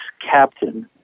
Captain